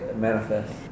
manifest